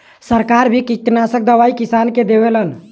सरकार भी किटनासक दवाई किसान के देवलन